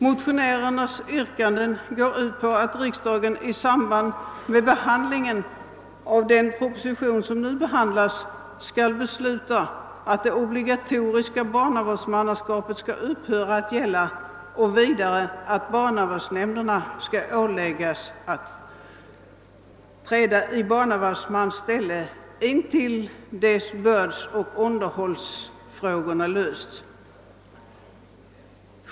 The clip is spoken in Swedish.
Motionärernas yrkanden går ut på att riksdagen i samband med behandlingen av förevarande proposition skall besluta att det obligatoriska barnvårdsmannaskapet skall upphöra att gälla och vidare att barnvårdsnämnden skall åläggas att träda i barnavårdsmans ställe intill dess bördsoch underhållsfrågorna avgjorts.